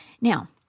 Now